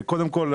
קודם כול,